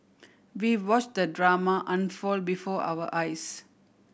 we watch the drama unfold before our eyes